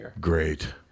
Great